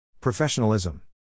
Professionalism